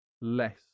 less